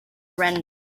render